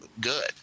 good